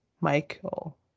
Michael